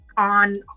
On